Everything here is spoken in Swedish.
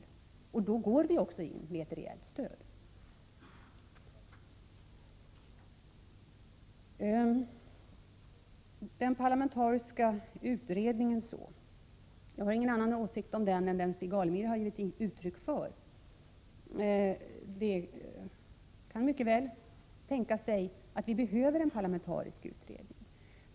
I sådana länder kan vi också gå in med ett rejält stöd. När det gäller frågan om en parlamentarisk utredning har jag ingen annan åsikt än den Stig Alemyr har givit uttryck för. Det kan mycket väl tänkas att vi behöver en parlamentarisk utredning så småningom.